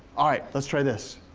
alright, let's try this.